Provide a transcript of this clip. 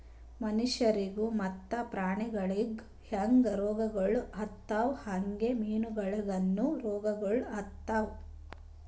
ಮನುಷ್ಯರಿಗ್ ಮತ್ತ ಪ್ರಾಣಿಗೊಳಿಗ್ ಹ್ಯಾಂಗ್ ರೋಗಗೊಳ್ ಆತವ್ ಹಂಗೆ ಮೀನುಗೊಳಿಗನು ರೋಗಗೊಳ್ ಆತವ್